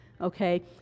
Okay